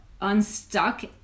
unstuck